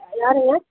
யாருங்க